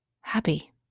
happy